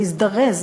להזדרז.